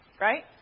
right